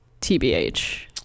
tbh